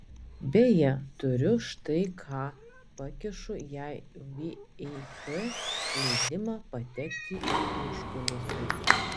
beje turiu štai ką pakišu jai vip leidimą patekti į užkulisius